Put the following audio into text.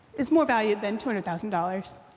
is more value than two hundred thousand dollars.